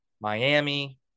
Miami